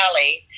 Valley